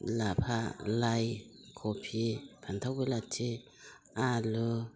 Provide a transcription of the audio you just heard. लाफा लाइ खफि फानथाव बेलाथि आलु